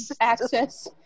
access